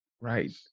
Right